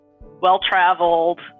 well-traveled